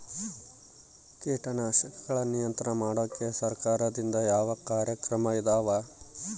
ಕೇಟನಾಶಕಗಳ ನಿಯಂತ್ರಣ ಮಾಡೋಕೆ ಸರಕಾರದಿಂದ ಯಾವ ಕಾರ್ಯಕ್ರಮ ಇದಾವ?